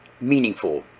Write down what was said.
meaningful